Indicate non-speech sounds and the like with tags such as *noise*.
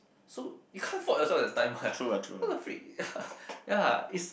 so you can't fought yourself at that time what *breath* what the freak *laughs* ya it's